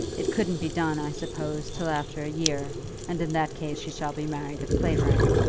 it couldn't be done, i suppose, till after a year and in that case she shall be married at clavering.